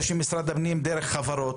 או משרד הפנים דרך חברות,